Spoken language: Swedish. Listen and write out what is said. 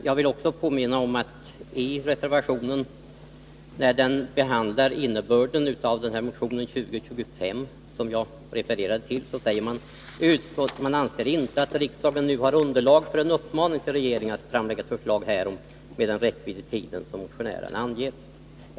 Jag vill också påminna om att i reservation 1, som bl.a. behandlar motion 2025 som jag refererade till, säger man: ”Utskottet anser inte att riksdagen nu har underlag för en uppmaning till regeringen att framlägga ett förslag härom med den räckvidd i tiden som motionärerna anger.